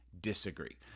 disagree